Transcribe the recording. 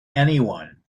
anyone